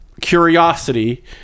curiosity